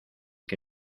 que